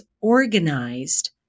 organized